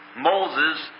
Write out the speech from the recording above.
Moses